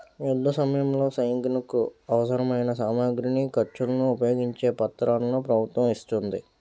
యుద్ధసమయంలో సైనికులకు అవసరమైన సామగ్రిని, ఖర్చులను ఉపయోగించే పత్రాలను ప్రభుత్వం ఇస్తోంది